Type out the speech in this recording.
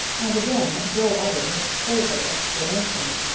and again joe uttered his favorite exclamation.